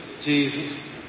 Jesus